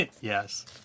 Yes